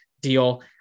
deal